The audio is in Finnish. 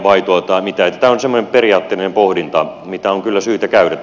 tämä on semmoinen periaatteellinen pohdinta mitä on kyllä syytä käydä